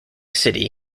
city